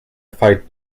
fight